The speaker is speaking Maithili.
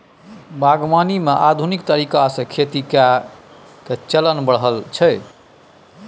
बागवानी मे आधुनिक तरीका से खेती करइ के चलन बढ़ल छइ